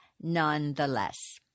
nonetheless